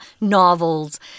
novels